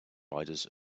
riders